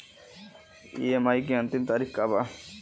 EMI के अंतिम तारीख का बा?